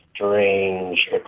Strange